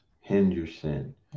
Henderson